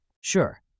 Sure